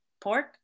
pork